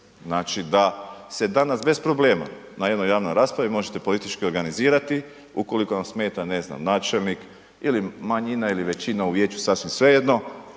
Znači, da se danas bez problema na jednoj javnoj raspravi možete politički organizirati, ukoliko vam smeta, ne znam, načelnik ili manjina ili većina u vijeću, sasvim svejedno